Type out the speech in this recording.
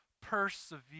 persevere